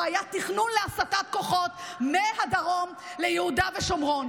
לא היה תכנון להסטת כוחות מהדרום ליהודה ושומרון.